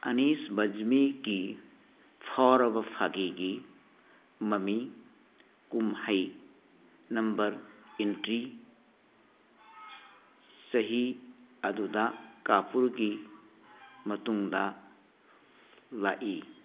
ꯑꯅꯤꯁ ꯕꯖꯃꯤꯒꯤ ꯐꯥꯎꯔꯕ ꯐꯥꯒꯤꯒꯤ ꯃꯃꯤ ꯀꯨꯝꯍꯩ ꯅꯝꯕꯔ ꯑꯦꯟꯇ꯭ꯔꯤ ꯆꯍꯤ ꯑꯗꯨꯗ ꯀꯥꯄꯨꯔꯒꯤ ꯃꯇꯨꯡꯗ ꯂꯥꯛꯏ